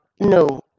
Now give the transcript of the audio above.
no